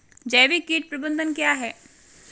जैविक कीट प्रबंधन क्या है?